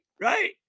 right